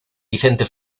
vicente